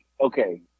okay